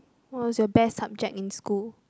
what was your best subject in school